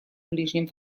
ближнем